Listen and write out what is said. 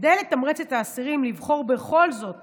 כדי לתמרץ את האסירים לבחור בכל זאת